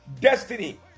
destiny